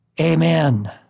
Amen